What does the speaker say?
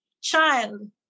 child